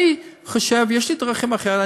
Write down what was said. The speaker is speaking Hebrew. אני חושב, יש לי דרכים אחרות.